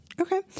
Okay